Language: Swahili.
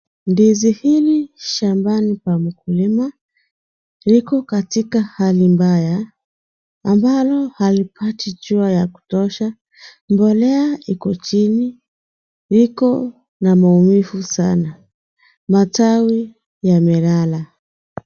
Ndizi hili shambani pa mkulima liko katika hali mbaya, ambalo halipati jua la kutosha. Mbolea iko chini iko na maumivu sana. Matawi yamelala.